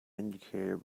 indicator